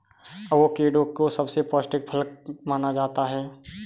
avocado को सबसे पौष्टिक फल माना जाता है